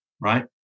right